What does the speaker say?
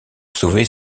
sauver